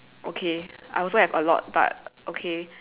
okay I also have a lot but okay